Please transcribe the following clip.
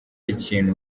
ikintu